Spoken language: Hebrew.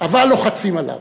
אבל לוחצים עליו.